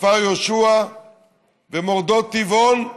כפר יהושע ומורדות טבעון,